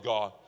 God